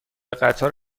قطار